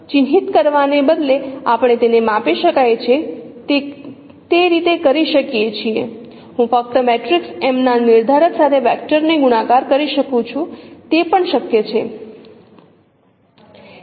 ચિહ્નિત કરવાને બદલે આપણે તેને માપી શકાય તે રીતે કરી શકીએ છીએ હું ફક્ત મેટ્રિક્સ એમના નિર્ધારક સાથે વેક્ટરને ગુણાકાર કરી શકું છું તે પણ શક્ય છે